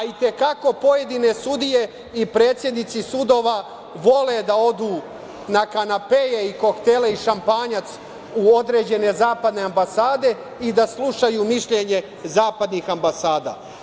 I te kako pojedine sudije i predsednici sudova vole da odu na kanapee i koktele i šampanjac u određene zapadne ambasade i da slušaju mišljenje zapadnih ambasada.